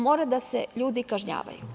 Mora da se ljudi kažnjavaju.